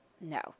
No